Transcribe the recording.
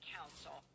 Council